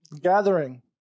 Gathering